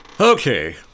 okay